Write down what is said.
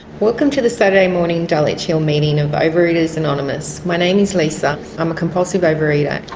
welcome to the saturday morning dulwich hill meeting of overeaters anonymous, my name is lisa, i'm a compulsive overeater.